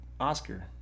Oscar